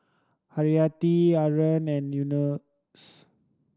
Haryati Haron and Yunos